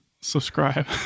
subscribe